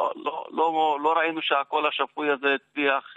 לא התקיפה וגם לא הפגיעה.